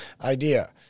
idea